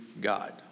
God